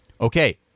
Okay